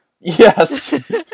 Yes